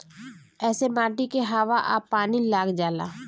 ऐसे माटी के हवा आ पानी लाग जाला